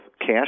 cash